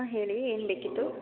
ಹಾಂ ಹೇಳಿ ಏನು ಬೇಕಿತ್ತು